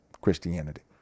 christianity